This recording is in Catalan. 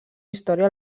història